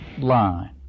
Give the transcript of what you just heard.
line